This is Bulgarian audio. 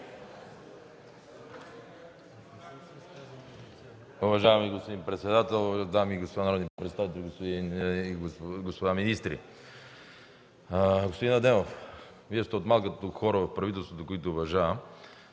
Уважаеми господин председател, дами и господа народни представители, господа министри! Господин Адемов, Вие сте от малкото хора в правителството, които уважавам.